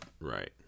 Right